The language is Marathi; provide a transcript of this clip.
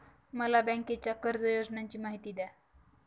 मला बँकेच्या कर्ज योजनांची माहिती द्या